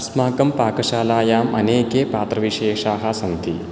अस्माकं पाकशालायां अनेके पात्रविशेषाः सन्ति